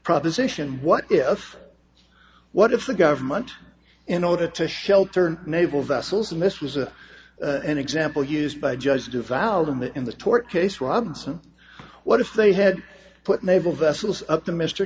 proposition what if what if the government in order to shelter naval vessels and this was a an example used by judge devalued in the in the tort case robinson what if they had put naval vessels up to mr